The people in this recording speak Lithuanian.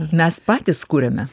mes patys kuriame